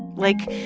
like,